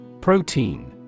Protein